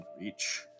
reach